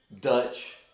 Dutch